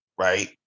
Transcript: right